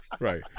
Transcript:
Right